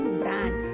brand